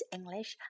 English